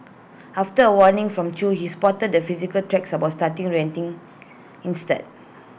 after A warning from chew he stopped the physical tracks about started ranting instead